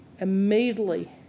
Immediately